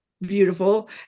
beautiful